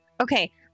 Okay